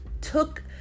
took